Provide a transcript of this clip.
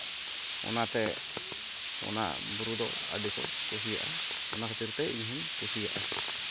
ᱚᱱᱟᱛᱮ ᱚᱱᱟ ᱵᱩᱨᱩ ᱫᱚ ᱟᱹᱰᱤ ᱠᱚ ᱠᱩᱥᱤᱭᱟᱜᱼᱟ ᱚᱱᱟ ᱠᱷᱟᱹᱛᱤᱨ ᱛᱮ ᱤᱧ ᱦᱚᱸᱧ ᱠᱩᱥᱤᱭᱟᱜᱼᱟ